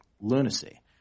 lunacy